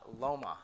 Loma